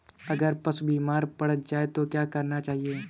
अगर पशु बीमार पड़ जाय तो क्या करना चाहिए?